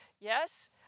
Yes